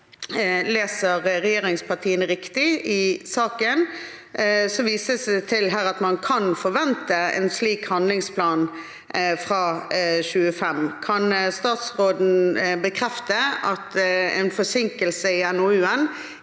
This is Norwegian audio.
leser regjeringspartiene riktig i saken, vises det her til at man kan forvente en slik handlingsplan fra 2025. Kan statsråden bekrefte at en forsinkelse i NOU-en